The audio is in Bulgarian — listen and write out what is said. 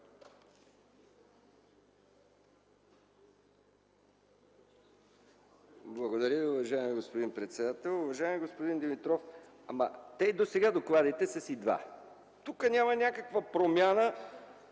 Благодаря. Уважаеми господин председател, уважаеми господин Димитров! Те и досега докладите са си два. Тук няма някаква промяна